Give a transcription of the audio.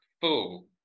full